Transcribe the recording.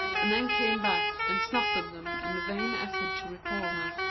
and then came back and snuffed at them in a vain effort to recall her.